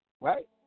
Right